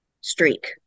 streak